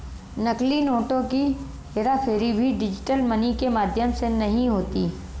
नकली नोटों की हेराफेरी भी डिजिटल मनी के माध्यम से नहीं होती